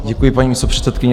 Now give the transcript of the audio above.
Děkuji, paní místopředsedkyně.